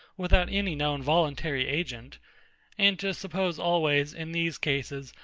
without any known voluntary agent and to suppose always, in these cases,